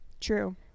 True